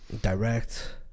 direct